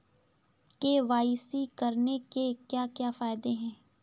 KYC करने के क्या क्या फायदे हैं?